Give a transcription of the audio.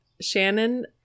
Shannon